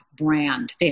brand